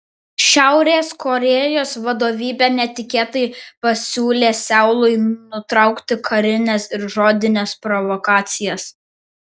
šiaurės korėjos vadovybė netikėtai pasiūlė seului nutraukti karines ir žodines provokacijas